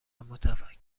متفکر